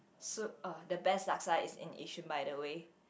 soup oh the best laksa is in Yishun by the way